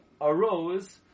arose